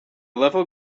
level